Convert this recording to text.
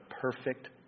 perfect